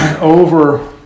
over